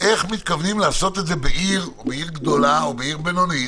איך מתכוונים לעשות זאת בעיר גדולה או בינונית,